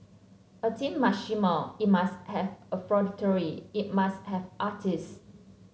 a team must shimmer it must have effrontery it must have artists